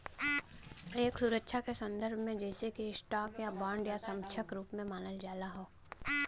एक सुरक्षा के संदर्भ में जइसे कि स्टॉक या बांड या समकक्ष रूप में मानल जात हौ